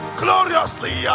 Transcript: gloriously